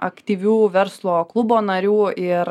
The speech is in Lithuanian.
aktyvių verslo klubo narių ir